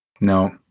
No